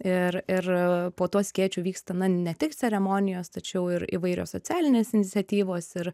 ir ir po tuo skėčiu vyksta na ne tik ceremonijos tačiau ir įvairios socialinės iniciatyvos ir